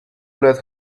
let